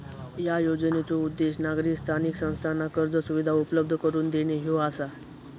या योजनेचो उद्देश नागरी स्थानिक संस्थांना कर्ज सुविधा उपलब्ध करून देणे ह्यो आसा